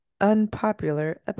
unpopular